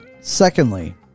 Secondly